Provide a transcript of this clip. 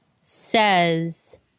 says